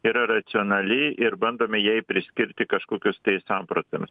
yra racionali ir bandome jai priskirti kažkokius tai samprotavimus